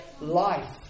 life